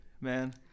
man